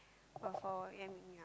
oh for what eh I mean yeah